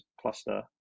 cluster